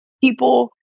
people